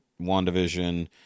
wandavision